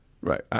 right